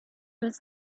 was